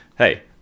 Hey